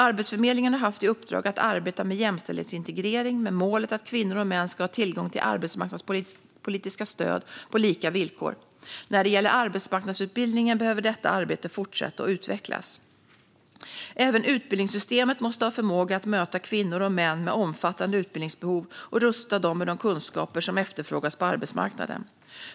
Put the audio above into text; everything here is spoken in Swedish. Arbetsförmedlingen har haft i uppdrag att arbeta med jämställdhetsintegrering med målet att kvinnor och män ska ha tillgång till arbetsmarknadspolitiska stöd på lika villkor. När det gäller arbetsmarknadsutbildningen behöver detta arbete fortsätta och utvecklas. Även utbildningssystemet måste ha förmåga att möta kvinnor och män med omfattande utbildningsbehov och rusta dem med de kunskaper som efterfrågas på arbetsmarknaden.